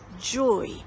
joy